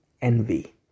Envy